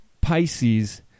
Pisces